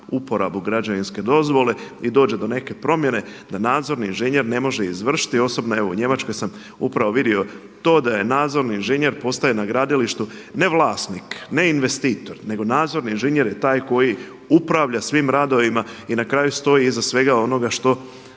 uporabu građevinske dozvole i dođe do neke promjene da nadzorni inženjer ne može izvršiti. Osobno evo u Njemačkoj sam upravo vidio to da je nadzorni inženjer postaje na gradilištu ne vlasnik, ne investitor nego nadzorni inženjer je taj koji upravlja svim radovima i na kraju stoji iza svega onoga što